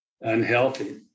unhealthy